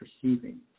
perceiving